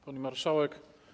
Pani Marszałek!